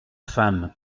femme